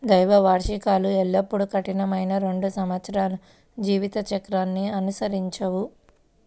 ద్వైవార్షికాలు ఎల్లప్పుడూ కఠినమైన రెండు సంవత్సరాల జీవిత చక్రాన్ని అనుసరించవు